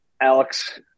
Alex